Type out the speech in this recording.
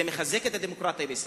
זה מחזק את הדמוקרטיה בישראל.